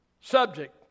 subject